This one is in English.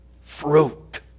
fruit